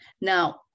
Now